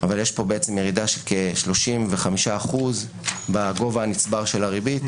אבל יש פה ירידה של כ-35% בגובה הנצבר של הריבית.